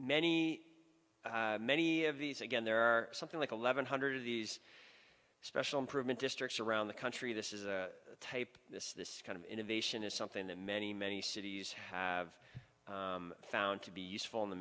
many many of these again there are something like eleven hundred of these special improvement districts around the country this is a type this this kind of innovation is something that many many cities have found to be useful in the